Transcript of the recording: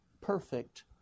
perfect